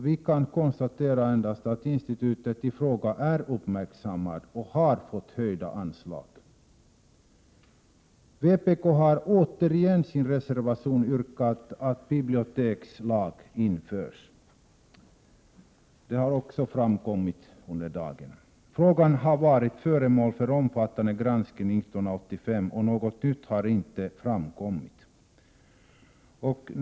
Vi kan endast konstatera att institutet i fråga är uppmärksammat och har fått höjda anslag. Vpk har återigen i en reservation yrkat att en bibliotekslag införs, såsom också har framgått under dagen. Frågan har varit föremål för omfattande granskning 1985, och något nytt har inte framkommit.